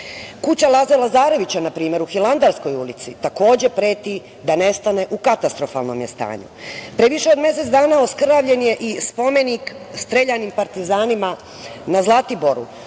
Kuća Laze Lazarevića u Hilandarskoj ulici, takođe preti da nestane, u katastrofalnom je stanju. Pre više od mesec dana oskrnavljen je i spomenik streljanim partizanima na Zlatiboru.